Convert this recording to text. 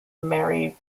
mary